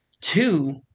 Two